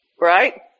right